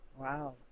Wow